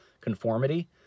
conformity